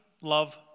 love